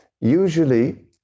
usually